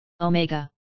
OMEGA